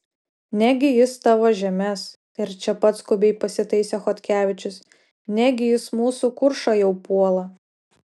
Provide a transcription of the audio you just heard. negi jis tavo žemes ir čia pat skubiai pasitaisė chodkevičius negi jis mūsų kuršą jau puola